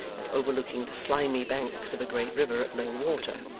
and overlooking the slimy banks of a great river at low water.